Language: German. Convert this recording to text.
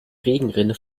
regenrinne